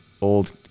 Old